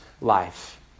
life